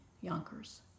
Yonkers